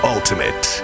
Ultimate